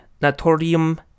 natorium